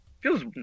feels